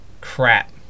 crap